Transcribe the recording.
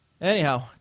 Anyhow